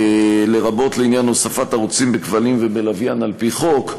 לרבות לעניין הוספת ערוצים בכבלים ובלוויין על-פי חוק.